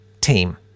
team